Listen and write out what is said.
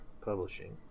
Publishing